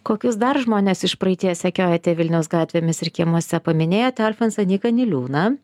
kokius dar žmones iš praeities sekiojate vilniaus gatvėmis ir kiemuose paminėjote alfonsą nyką niliūną